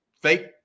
fake